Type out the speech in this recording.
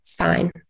fine